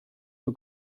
for